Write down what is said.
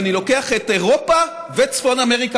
אם אני לוקח את אירופה וצפון אמריקה